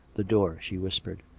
the door! she whispered.